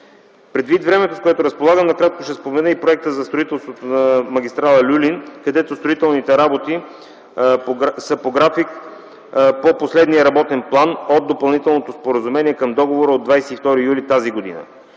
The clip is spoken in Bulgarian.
Предвид времето, с което разполагам, накратко ще спомена и проекта за строителството на магистрала „Люлин”, където строителните работи са в график по последния работен план от Допълнителното споразумение към договора от 22 юли т.г.